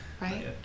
Right